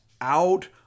out